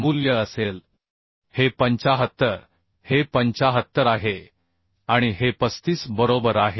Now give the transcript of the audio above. मूल्य असेल हे 75 हे 75 आहे आणि हे 35 बरोबर आहे